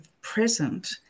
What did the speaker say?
present